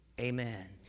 amen